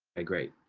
a great